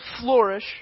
flourish